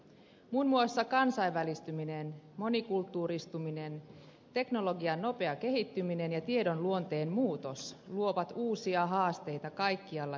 muun muassa kansainvälistyminen monikulttuuristuminen teknologian nopea kehittyminen ja tiedon luonteen muutos luovat uusia haasteita kaikkialla yhteiskunnassa